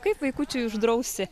kaip vaikučiui uždrausi